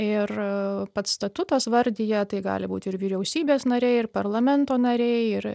ir pats statutas vardija tai gali būti ir vyriausybės nariai ir parlamento nariai ir